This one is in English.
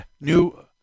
new